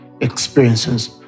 experiences